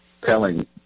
telling